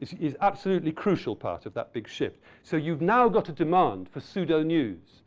is is absolutely crucial part of that big shift. so you've now got a demand for pseudo-news,